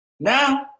Now